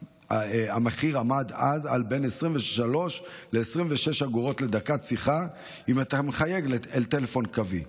המחיר עמד על בין 23 ל-26 אגורות לדקת שיחה אם אתה מחייג אל טלפון קווי,